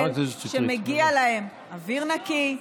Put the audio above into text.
שמגיע להם אוויר נקי,